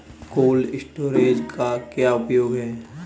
Cold storage का क्या उपयोग है?